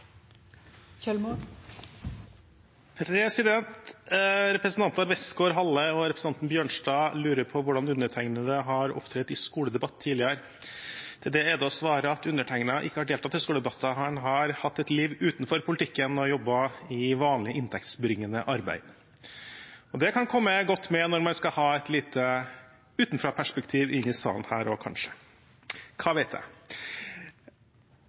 det å svare at undertegnede ikke har deltatt i skoledebatter, han har hatt et liv utenfor politikken og har jobbet i vanlig inntektsbringende arbeid. Det kan komme godt med når man skal ha et utenfraperspektiv i salen her også, kanskje – hva vet jeg?